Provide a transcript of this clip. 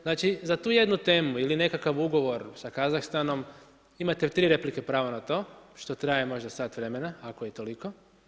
Znači, za tu jednu temu ili nekakav Ugovor sa Kazahstanom imate tri replike pravo na to što traje možda sat vremena ako i toliko.